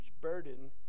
burden